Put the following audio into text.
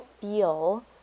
feel